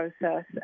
process